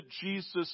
Jesus